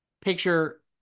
picture